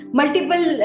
multiple